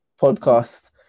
podcast